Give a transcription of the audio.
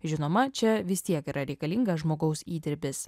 žinoma čia vis tiek yra reikalingas žmogaus įdirbis